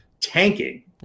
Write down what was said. tanking